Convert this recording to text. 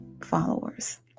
followers